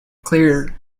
clear